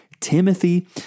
Timothy